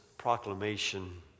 proclamation